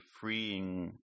freeing